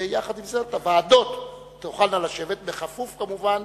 ויחד עם זאת הוועדות תוכלנה לשבת, בכפוף כמובן